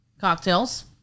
cocktails